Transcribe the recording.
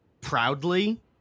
proudly